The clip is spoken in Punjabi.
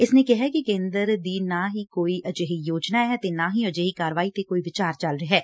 ਇਸਨੇ ਕਿਹੈ ਕਿ ਕੇਂਦਰ ਦੀ ਨਾ ਹੀ ਕੋਈ ਅਜਿਹੀ ਯੋਜਨਾ ਏ ਅਤੇ ਨਾ ਹੀ ਅਜਿਹੀ ਕਾਰਵਾਈ ਤੇ ਕੋਈ ਵਿਚਾਰ ਚੱਲ ਰਿਹੈ